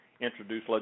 introduce